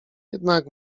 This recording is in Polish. jednak